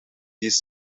these